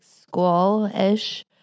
school-ish